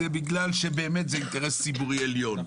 זה בגלל שבאמת זה אינטרס ציבורי עליון.